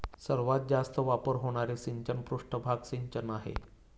सर्वात जास्त वापर होणारे सिंचन पृष्ठभाग सिंचन आहे